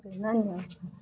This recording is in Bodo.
बेनो आंनिया